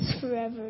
forever